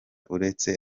uretse